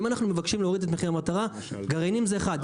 אם אנחנו מבקשים להוריד את מחיר המטרה גרעינים זה אחד,